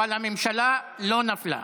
אבל הממשלה לא נפלה.